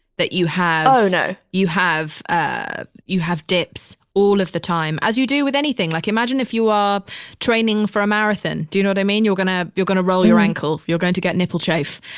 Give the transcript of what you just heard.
that you have oh no you have, ah you have dips all of the time. as you do with anything. like imagine if you are training for a marathon. do you know what i mean? you're gonna, you're gonna roll your ankle. you're going to get nipple chafe.